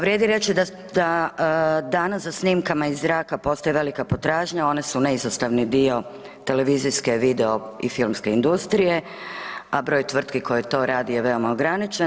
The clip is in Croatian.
Vrijedi reći da danas za snimkama iz zraka postoji velika potražnja, one su neizostavni dio televizijske, video i filmske industrije, a broj tvrtki koji to radi je veoma ograničen.